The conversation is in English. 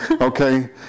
okay